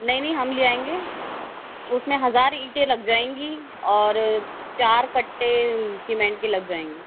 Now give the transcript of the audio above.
नहीं नहीं हम ले आएंगे उसमे हजार ईंटें लग जाएंगी और चार कट्टे सिमेन्ट के लग जाएंगे